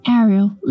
Ariel